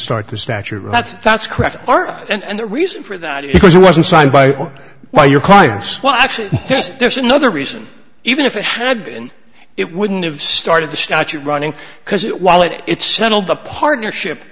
start dispatcher ratz that's correct art and the reason for that it was wasn't signed by well your clients well actually there's another reason even if it had been it wouldn't have started the statute running because it while it's settled the partnership